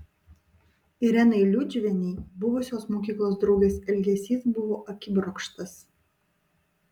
irenai liudžiuvienei buvusios mokyklos draugės elgesys buvo akibrokštas